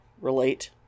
relate